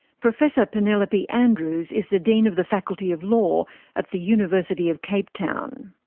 professor penelope andrews is the dean of the faculty of law at the university of cape town.